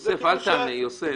אל תענה, יוסף.